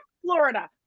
Florida